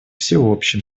всеобщим